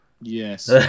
Yes